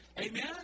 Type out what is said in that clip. Amen